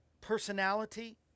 personality